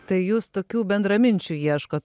tai jūs tokių bendraminčių ieškot